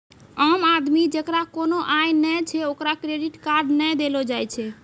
आम आदमी जेकरा कोनो आय नै छै ओकरा क्रेडिट कार्ड नै देलो जाय छै